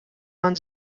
man